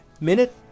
Minute